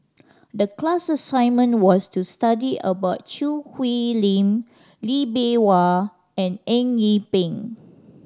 the class assignment was to study about Choo Hwee Lim Lee Bee Wah and Eng Yee Peng